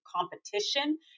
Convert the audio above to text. competition